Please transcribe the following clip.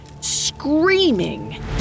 screaming